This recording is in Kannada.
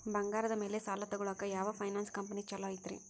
ಬಂಗಾರದ ಮ್ಯಾಲೆ ಸಾಲ ತಗೊಳಾಕ ಯಾವ್ ಫೈನಾನ್ಸ್ ಕಂಪನಿ ಛೊಲೊ ಐತ್ರಿ?